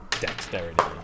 dexterity